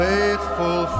Faithful